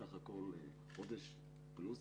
בסך הכול חודש פלוס